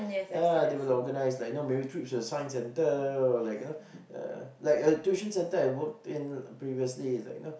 ya they will organise like you know maybe trips to the Science Center or like you know uh like the tuition center I worked in previously is like you know